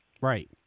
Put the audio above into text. right